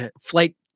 flight